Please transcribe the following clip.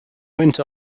went